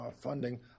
funding